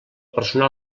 personal